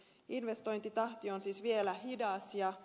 investointitahti on siis vielä hidas